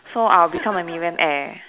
so I will become a millionaire